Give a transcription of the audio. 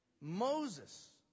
Moses